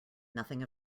nothing